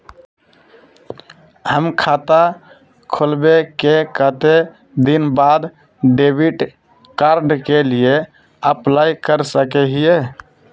हम खाता खोलबे के कते दिन बाद डेबिड कार्ड के लिए अप्लाई कर सके हिये?